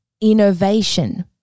innovation